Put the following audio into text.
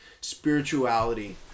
spirituality